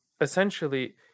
essentially